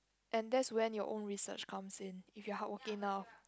and that's when your own research comes in if you are hardworking enough